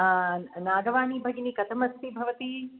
नागवाणी भगिनी कथमस्ति भवती